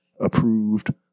approved